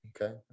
Okay